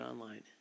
online